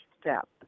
step